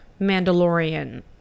Mandalorian